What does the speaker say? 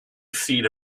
seat